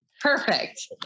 Perfect